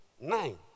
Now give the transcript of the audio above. nine